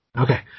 Okay